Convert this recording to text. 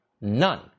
none